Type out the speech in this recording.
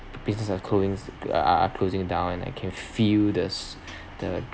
businesses are closings uh are closing down and I can feel the s~ the